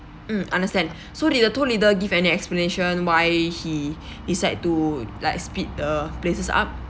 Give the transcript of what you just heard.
mm understand so did the tour leader give any explanation why he decide to like speed the places up